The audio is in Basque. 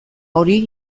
hori